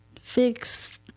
fix